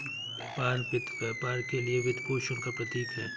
व्यापार वित्त व्यापार के लिए वित्तपोषण का प्रतीक है